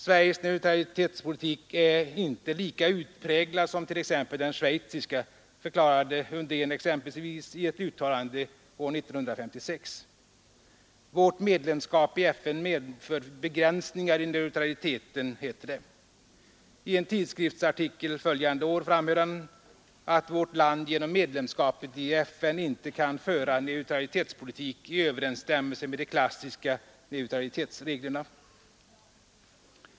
Sveriges neutralitetspolitik är inte lika utpräglad som t.ex. den schweiziska, förklarade Undén exempelvis i ett uttalande år 1956. ”Vårt medlemskap i FN medför begränsningar i neutraliteten”, heter det. I en tidskriftsartikel följande år framhöll han att vårt land genom medlemskapet i FN inte kan föra ”neutralitetspolitik i överensstämmelse med de klassiska neutralitetsreglerna”.